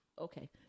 Okay